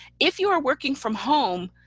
if you are working from home,